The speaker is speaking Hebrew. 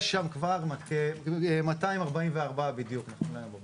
יש שם כבר 244 בדיוק נכון להיום בבוקר.